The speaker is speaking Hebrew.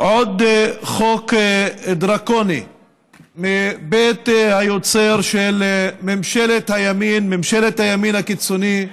עוד חוק דרקוני מבית היוצר של ממשלת הימין הקיצוני,